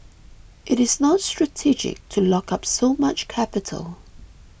it is not strategic to lock up so much capital